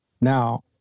Now